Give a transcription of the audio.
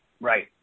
Right